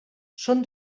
són